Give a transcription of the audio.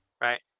Right